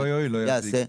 לא יועיל, לא יזיק.